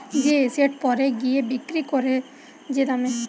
যে এসেট পরে গিয়ে বিক্রি করে যে দামে